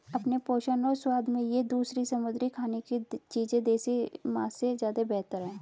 अपने पोषण और स्वाद में ये दूसरी समुद्री खाने की चीजें देसी मांस से ज्यादा बेहतर है